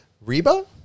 Reba